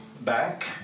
back